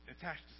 attached